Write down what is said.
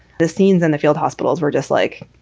the scenes in the field hospitals were just like,